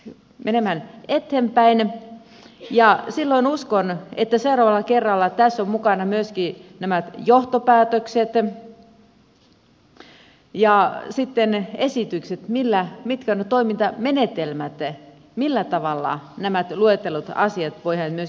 nyt menemään eteenpäin ja sillä on uskon että seuraavalla kerralla tässä ovat mukana myöskin johtopäätökset ja esitykset mitkä ovat ne toimintamenetelmät millä tavalla nämä luetellut asiat voidaan myöskin toteuttaa